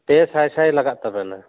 ᱯᱮ ᱥᱟᱭᱥᱟᱭ ᱞᱟᱜᱟᱜ ᱛᱟᱵᱮᱱᱟ